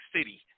City